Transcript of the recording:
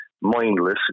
mindless